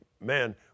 man